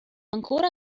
ancora